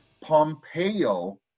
Pompeo